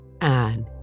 Anne